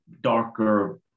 darker